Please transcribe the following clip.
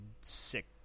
sick